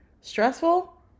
Stressful